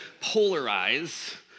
polarize